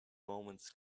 moments